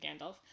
Gandalf